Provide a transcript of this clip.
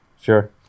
Sure